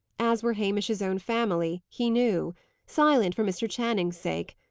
as were hamish's own family, he knew silent for mr. channing's sake.